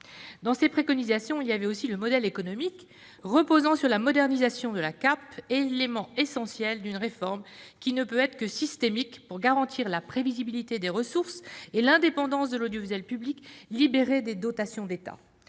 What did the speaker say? modèle économique de l'audiovisuel public reposant sur la modernisation de la CAP, élément essentiel d'une réforme qui ne peut être que systémique pour garantir la prévisibilité des ressources et l'indépendance d'un audiovisuel public libéré des dotations de l'État.